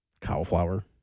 cauliflower